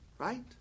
Right